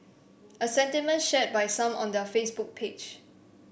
a sentiment shared by some on their Facebook page